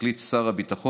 החליט שר הביטחון,